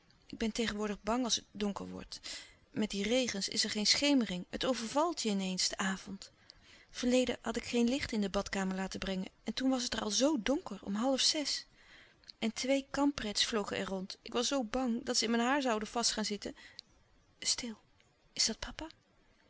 ik ben tegenwoordig bang als het donker wordt met die regens is er geen schemering het overvalt je in eens de avond verleden had ik geen licht in de badkamer laten brengen en toen was het er al zoo donker om half zes en twee kamprets vlogen er rond ik was zoo bang dat ze in mijn haar zouden vast gaan zitten stil is dat papa